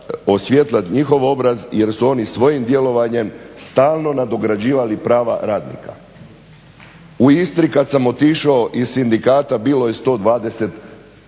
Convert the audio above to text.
osvjetlat njihov obraz jer su oni svojim djelovanjem stalno nadograđivali prava radnika. U Istri kad sam otišao iz sindikata bilo je 120